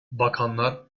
bakanlar